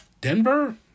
Denver